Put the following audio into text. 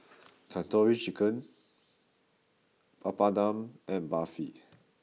Tandoori Chicken Papadum and Barfi